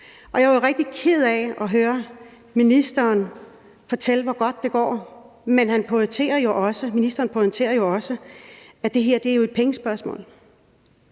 jeg blev rigtig ked af at høre ministeren fortælle om, hvor godt det går, men ministeren pointerede jo også, at det her jo er et pengespørgsmål.